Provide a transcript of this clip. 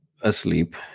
asleep